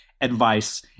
advice